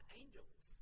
angels